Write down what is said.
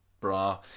bra